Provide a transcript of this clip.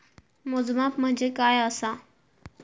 मोजमाप म्हणजे काय असा?